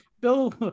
bill